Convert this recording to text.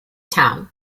town